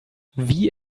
wie